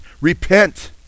Repent